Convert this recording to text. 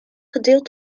gedeeld